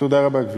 תודה רבה, גברתי.